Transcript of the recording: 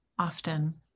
Often